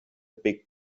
big